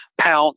pounce